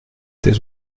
tes